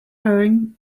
going